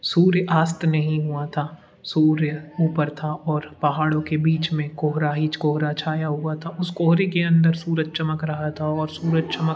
सूर्यास्त नहीं हुआ था सूर्य ऊपर था और पहाड़ों के बीच में कोहरा ही कोहरा छाया हुआ था उस कोहरे के अंदर सूरज चमक रहा था और सूरज चमक